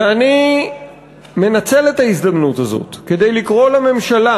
ואני מנצל את ההזדמנות הזאת כדי לקרוא לממשלה